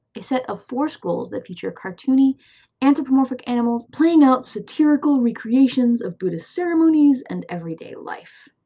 a set of four scrolls that feature cartoony anthropomorphic animals playing out satirical recreations of buddhist ceremonies and everyday life.